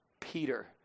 Peter